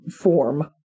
form